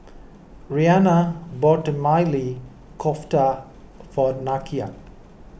Reanna bought Maili Kofta for Nakia